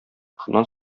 шуннан